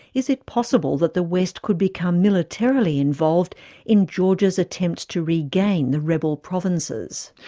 is it possible that the west could become militarily involved in georgia's attempts to regain the rebel provinces?